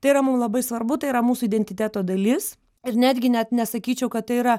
tai yra mum labai svarbu tai yra mūsų identiteto dalis ir netgi net nesakyčiau kad tai yra